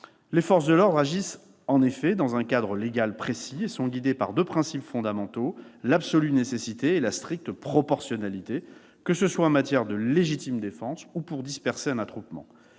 Les forces de l'ordre agissent, en effet, dans un cadre légal précis et sont guidées par deux principes fondamentaux : l'absolue nécessité et la stricte proportionnalité, qu'elles interviennent en légitime défense ou pour disperser un attroupement.